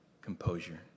composure